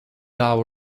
our